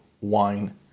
wine